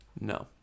No